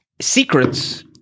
secrets